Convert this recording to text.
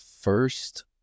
first